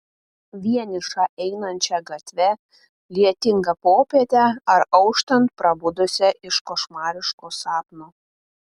vienišą einančią gatve lietingą popietę ar auštant prabudusią iš košmariško sapno